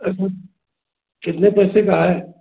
अच्छा कितने पैसे का है